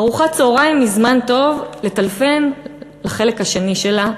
ארוחת צהריים היא זמן טוב לטלפן לחלק השני שלה,